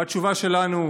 והתשובה שלנו: